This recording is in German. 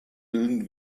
milden